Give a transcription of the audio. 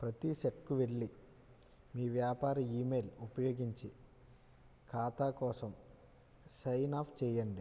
ప్రతి సెట్కి వెళ్ళి మీ వ్యాపార ఇమెయిల్ ఉపయోగించి ఖాతా కోసం సైన్ అప్ చేయండి